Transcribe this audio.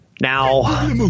Now